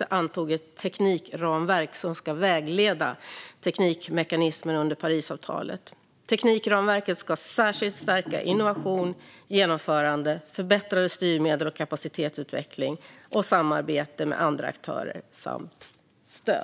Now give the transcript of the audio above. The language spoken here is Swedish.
förra året antogs ett teknikramverk som ska vägleda teknikmekanismen under Parisavtalet. Teknikramverket ska särskilt stärka innovation, genomförande, förbättrade styrmedel och kapacitetsutveckling, samarbete med andra aktörer samt stöd.